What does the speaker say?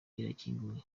irakinguye